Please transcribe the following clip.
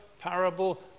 parable